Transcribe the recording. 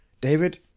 David